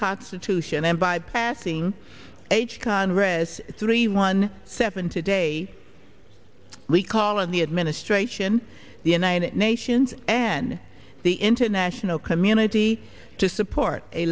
constitution and by passing a check on read three one seven today we call on the administration the united nations and the international community to support a